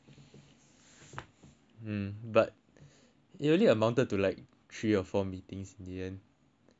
hmm but it only amounted to like three or four meetings in the end wasn't that many